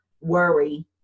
worry